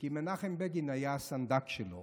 כי מנחם בגין היה הסנדק שלו.